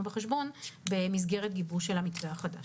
בחשבון במסגרת גיבוש המתווה החדש.